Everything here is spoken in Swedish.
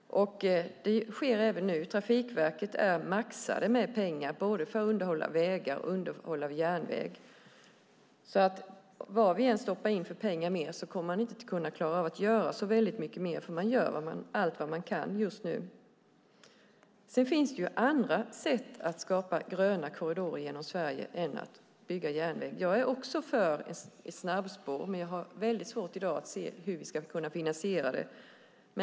Det sker även nu. Trafikverket är maxat med pengar för att underhålla vägar och järnvägar. Vad vi än stoppar in för pengar kommer man inte att klara av att göra så mycket mer eftersom man gör allt vad man kan just nu. Sedan finns andra sätt att skapa gröna korridorer genom Sverige än att bygga järnväg. Jag är också för ett snabbspår, men jag har i dag svårt att se hur vi ska få det finansierat.